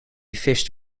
fished